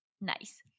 Nice